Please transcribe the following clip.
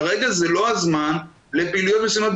כרגע זה לא הזמן לפעילויות מסוימות,